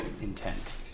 intent